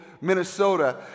Minnesota